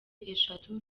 eshatu